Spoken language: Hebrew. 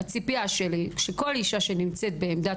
הציפייה שלי שכל אישה שנמצאת בעמדת